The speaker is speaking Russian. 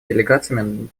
делегациями